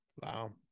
Wow